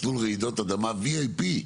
מסלול רעידות אדמה VIP,